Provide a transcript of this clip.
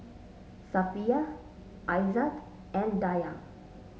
Safiya Aizat and Dayang